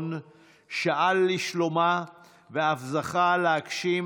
וציון יום לזכרם